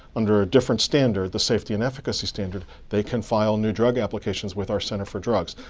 under a different standard, the safety and efficacy standard, they can file new drug applications with our center for drugs.